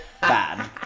bad